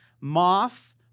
Moth